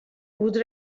would